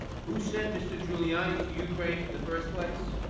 who sent mr. giuliani to ukraine in the first place?